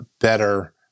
better